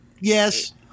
Yes